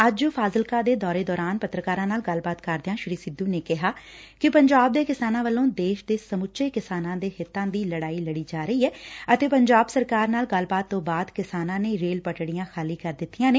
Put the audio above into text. ਅੱਜ ਫਾਜ਼ਿਲਕਾ ਦੇ ਦੌਰੇ ਦੌਰਾਨ ਪੱਤਰਕਾਰਾਂ ਨਾਲ ਗੱਲਬਾਤ ਕਰਦਿਆਂ ਸ੍ਰੀ ਸਿੱਧੁ ਨੇ ਕਿਹਾ ਕਿ ਪੰਜਾਬ ਦੇ ਕਿਸਾਨਾਂ ਵੱਲੋ ਦੇਸ਼ ਦੇ ਸਮੁਚੇ ਕਿਸਾਨਾਂ ਦੇ ਹਿੱਤਾਂ ਦੀ ਲੜਾਈ ਲੜੀ ਜਾ ਰਹੀ ਏ ਅਤੇ ਪੰਜਾਬ ਸਰਕਾਰ ਨਾਲ ਗੱਲਬਾਤ ਤੋ ਬਾਅਦ ਕਿਸਾਨਾਂ ਨੇ ਰੇਲ ਪਟਤੀਆਂ ਖਾਲੀ ਕਰ ਦਿੱਤੀਆਂ ਨੇ